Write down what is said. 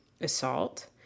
assault